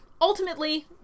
Ultimately